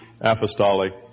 apostolic